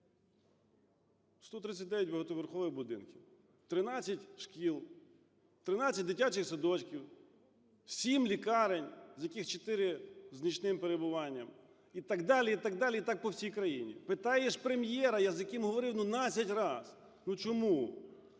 139 багатоповерхових будинків, 13 шкіл, 13 дитячих садочків, 7 лікарень, з 4 з нічним перебуванням, і так далі, так далі, і так по всій країні. Питаєш Прем'єра, з яким я говорив, ну, надцять раз, ну чому?